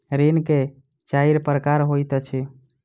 ऋण के चाइर प्रकार होइत अछि